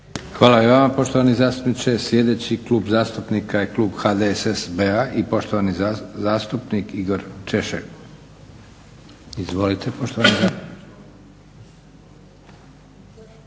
Hvala i vama poštovani zastupniče. Sljedeći klub zastupnika je klub HDSSB-a i poštovani zastupnik Igor Češek. Izvolite poštovani zastupniče.